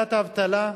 הורדת האבטלה,